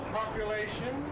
population